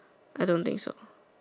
I don't think so